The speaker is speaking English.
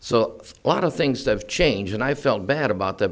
so a lot of things that change and i felt bad about that